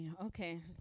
Okay